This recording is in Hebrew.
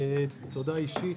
תודה אישית,